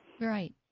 Right